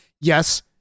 Yes